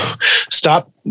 Stop